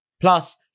Plus